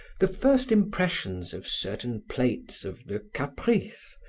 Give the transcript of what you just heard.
the first impressions of certain plates of the caprices,